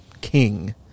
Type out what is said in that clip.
king